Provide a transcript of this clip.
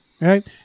right